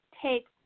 take